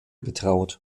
betraut